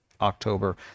october